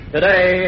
Today